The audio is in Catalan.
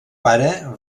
pare